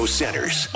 centers